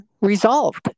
resolved